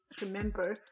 remember